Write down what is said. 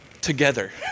together